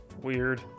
Weird